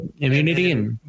immunity